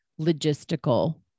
logistical